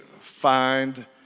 find